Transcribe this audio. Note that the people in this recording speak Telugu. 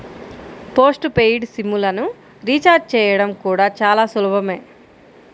పోస్ట్ పెయిడ్ సిమ్ లను రీచార్జి చేయడం కూడా చాలా సులభమే